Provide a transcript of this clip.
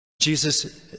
Jesus